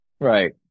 Right